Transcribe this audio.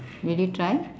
really try